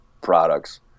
products